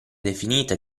definita